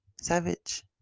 savage